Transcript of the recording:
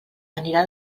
anirà